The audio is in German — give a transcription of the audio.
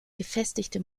gefestigte